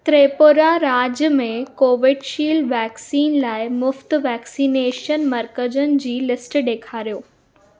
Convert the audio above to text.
त्रिपुरा राज्य में Covishield vaccine लाइ मुफ़्त वैक्सनेशन मर्कज़नि जी लिस्ट ॾेखारियो